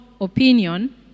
opinion